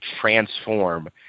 transform